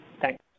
Thanks